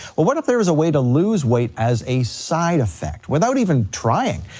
well what if there was a way to lose weight as a side effect, without even trying?